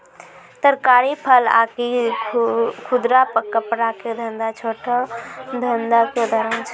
तरकारी, फल आकि खुदरा कपड़ा के धंधा छोटो धंधा के उदाहरण छै